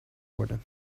worden